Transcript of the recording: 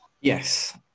yes